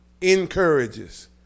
encourages